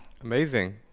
amazing